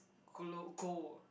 glow go